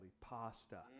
pasta